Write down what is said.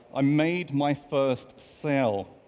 i made my first sale.